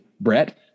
Brett